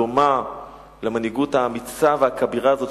דומה למנהיגות האמיצה והכבירה הזאת,